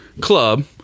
club